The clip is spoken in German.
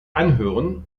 anhören